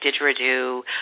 Didgeridoo